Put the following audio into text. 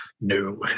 no